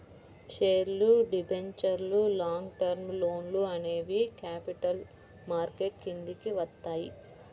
షేర్లు, డిబెంచర్లు, long term లోన్లు అనేవి క్యాపిటల్ మార్కెట్ కిందికి వత్తయ్యి